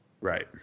Right